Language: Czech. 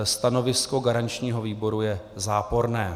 Stanovisko garančního výboru je záporné.